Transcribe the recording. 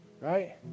right